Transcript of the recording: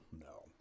No